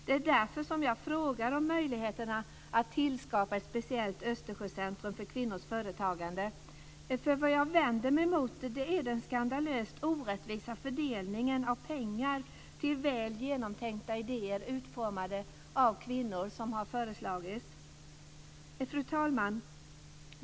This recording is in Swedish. Det är därför jag frågar om möjligheterna att skapa ett speciellt Östersjöcentrum för kvinnors företagande. Jag vänder mig mot den skandalöst orättvisa fördelningen av pengar till väl genomtänkta idéer utformade av kvinnor. Fru talman!